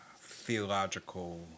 theological